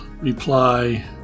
reply